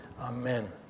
amen